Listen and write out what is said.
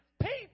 people